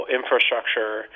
infrastructure